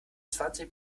zwanzig